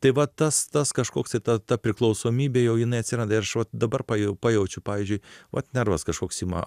tai va tas tas kažkoks ta ta priklausomybė jau jinai atsiranda ir aš vat dabar pajau pajaučiu pavyzdžiui vat nervas kažkoks ima